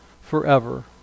forever